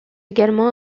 également